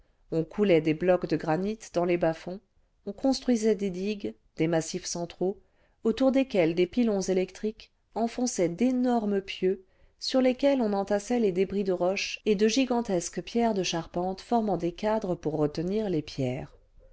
on coulait des blocs de granit dans les bas-fonds on construisait des digues des massifs centraux autour desquels des pilons électriques enfonçaient d'énormes pieux sur lesquels on entassait les débris de roches et de gigantesques pièces de charles charles de construction du sixième continent pentes formant des cadres pour retenir les pierres